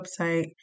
website